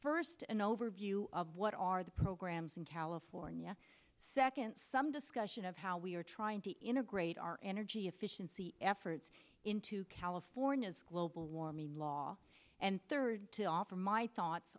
first an overview of what are the programs in california second some discussion of how we are trying to integrate our energy efficiency efforts into california's global warming law and third to offer my thoughts